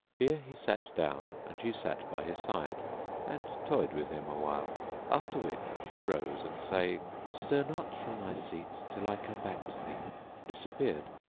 here he sat down and she sat by his side and toyed with him awhile after which she rose and saying, stir not from thy seat till i come back to thee disappeared.